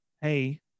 Hey